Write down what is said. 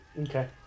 Okay